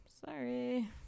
sorry